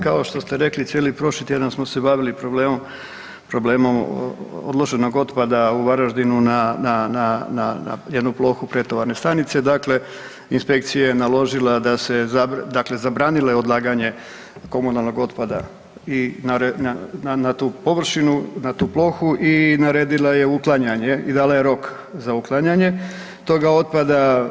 Kao što ste rekli, cijeli prošli tjedan smo se bavili problemom odloženog otpada u Varaždinu na jednu plohu pretovarne stanice, dakle, inspekcija je naložila da se, dakle, zabranila je odlaganje komunalnog otpada i na tu površinu, na tu plohu i naredila je uklanjanje i dala je rok za uklanjanje toga otpada.